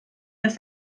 dass